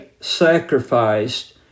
sacrificed